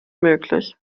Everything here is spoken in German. möglich